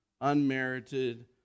Unmerited